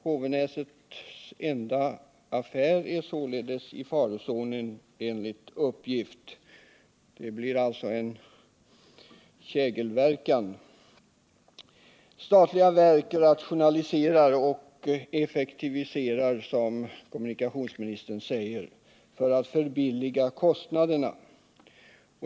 Hovenäsets enda affär är i farozonen enligt uppgift. Det blir således en kägelverkan. Statliga verk rationaliserar och effektiverar, som kommunikationsministern säger, för att förbilliga kostnaderna.